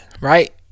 Right